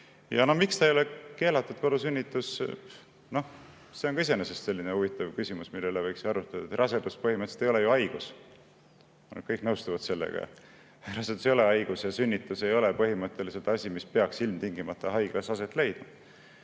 kodusünnitus ei ole keelatud? See on iseenesest selline huvitav küsimus, mille üle võiks arutleda. Rasedus põhimõtteliselt ei ole ju haigus. Kõik nõustuvad sellega, et see ei ole haigus, ja sünnitus ei ole põhimõtteliselt asi, mis peaks ilmtingimata haiglas aset leidma.